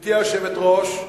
גברתי היושבת-ראש,